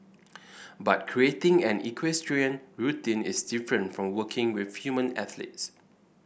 but creating an equestrian routine is different from working with human athletes